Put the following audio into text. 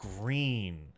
green